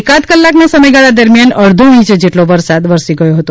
એકાદ કલાકના સમયગાળા દરમિયાન અડધો ઇંચ જેટલો વરસાદ વરસી ગયો હતો